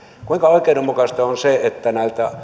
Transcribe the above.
kuinka oikeudenmukaista on se että